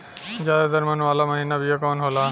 ज्यादा दर मन वाला महीन बिया कवन होला?